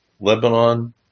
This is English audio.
Lebanon